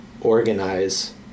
organize